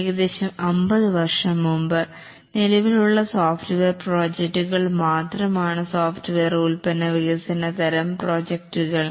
ഏകദേശം 50 വർഷം മുമ്പ് നിലവിലുള്ള സോഫ്റ്റ്വെയർ പ്രോജക്ടുകൾ മാത്രമാണ് സോഫ്റ്റ്വെയർ ഉൽപ്പന്ന വികസന തരം പ്രോജക്ടുകൾ